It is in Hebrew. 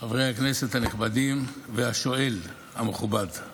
חברי הכנסת הנכבדים והשואל המכובד.